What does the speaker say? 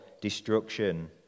destruction